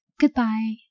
Goodbye